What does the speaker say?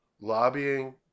lobbying